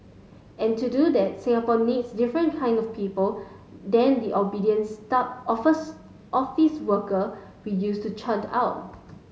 and to do that Singapore needs different kinds of people than the obedient office worker we used to churn out